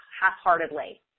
half-heartedly